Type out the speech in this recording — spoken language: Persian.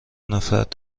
نفرت